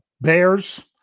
Bears